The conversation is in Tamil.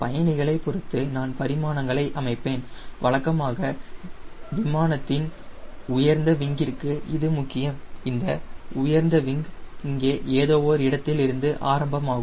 பயணிகளைப் பொருத்து நான் பரிமாணங்களை அமைப்பேன் வழக்கமான விமானத்தின் உயர்ந்த விங்கிற்கு இது முக்கியம் இந்த உயர்ந்த விங் இங்கே ஏதோ ஓர் இடத்தில் இருந்து ஆரம்பமாகும்